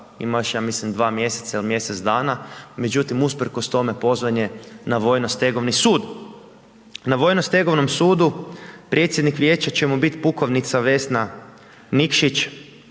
ima još ja mislim 2 mjeseca ili mjesec dana, međutim usprkos tome pozvan je na Vojno-stegovni sud. Na Vojno-stegovnom sudu predsjednik vijeća će mu biti pukovnica Vesna Nikšić